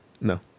No